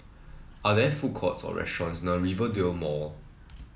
are there food courts or restaurants near Rivervale Mall